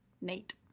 neat